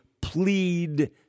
plead